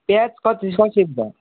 प्याज कसरी कसरी छ